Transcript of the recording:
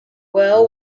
well